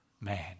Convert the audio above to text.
man